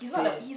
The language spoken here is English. say